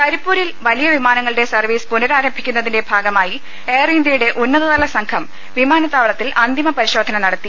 കരിപ്പൂരിൽ വലിയ വിമാനങ്ങളുടെ സർവ്വീസ് പുനരാരംഭിക്കു ന്നതിന്റെ ഭാഗമായി എയർഇന്ത്യയുടെ ഉന്നതതല സംഘം വിമാന ത്താവളത്തിൽ അന്തിമ പരിശോധന ന്നടത്തി